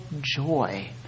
joy